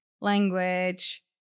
language